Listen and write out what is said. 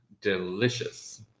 delicious